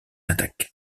attaque